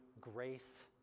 grace